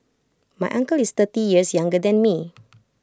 my uncle is thirty years younger than me